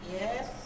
Yes